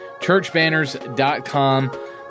Churchbanners.com